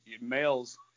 males